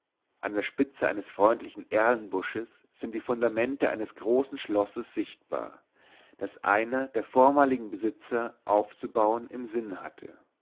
an der spitze eines freundlichen erlenbusches sind die fundamente eines großen schlosses sichtbar das einer der vormaligen besitzer aufzubauen im sinne hatte